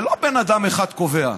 לא בן אדם אחד קובע,